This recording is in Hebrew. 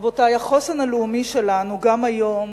רבותי, החוסן הלאומי שלנו, גם היום,